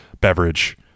beverage